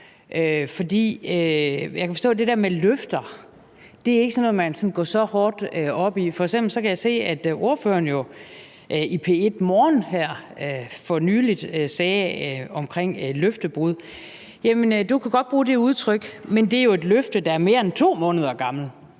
at det der med løfter ikke er sådan noget, man går sådan så højt op i. F.eks. kan jeg se, at ordføreren jo i P1 Morgen her for nylig sagde omkring løftebrud: Jamen du kan godt bruge det udtryk, men det er jo et løfte, der er mere end 2 måneder gammelt.